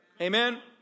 Amen